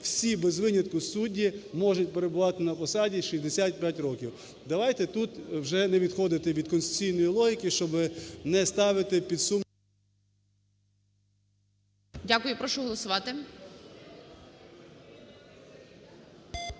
всі без винятку судді можуть перебувати на посаді 65 років. Давайте тут вже не відходити від конституційної логіки, щоб не ставити під сумнів… ГОЛОВУЮЧИЙ. Дякую. Прошу голосувати.